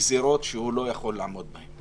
גזירות שהוא לא יכול לעמוד בהן.